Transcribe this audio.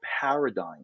paradigm